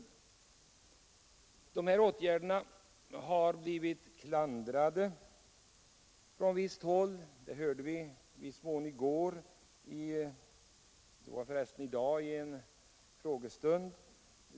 Dessa åtgärder har blivit klandrade från visst håll. Det hörde vi bl.a. i dagens frågestund.